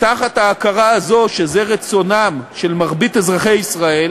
תחת ההכרה שזה רצונם של מרבית אזרחי ישראל